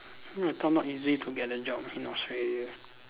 no I thought not easy to get a job in Australia